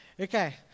okay